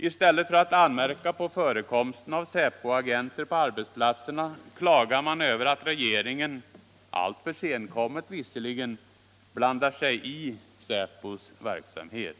I stället för att anmärka på förekomsten av säpoagenter på arbetsplatserna klagar man över att regeringen — alltför senkommet visserligen — blandar sig i säpos verksamhet.